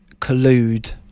collude